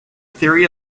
theory